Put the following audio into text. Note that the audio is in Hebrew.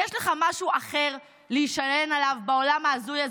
יש לך משהו אחר להישען עליו בעולם ההזוי הזה